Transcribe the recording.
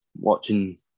watching